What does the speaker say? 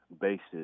basis